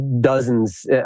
dozens